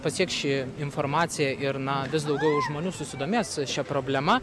pasieks ši informacija ir na vis daugiau žmonių susidomės šia problema